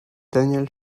daniel